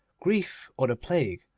grief, or the plague,